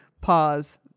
pause